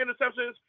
interceptions